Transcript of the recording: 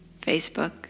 Facebook